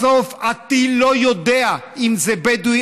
בסוף הטיל לא יודע אם זה בדואי,